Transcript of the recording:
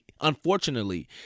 unfortunately